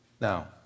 Now